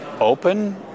open